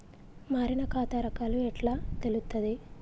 మారిన ఖాతా రకాలు ఎట్లా తెలుత్తది?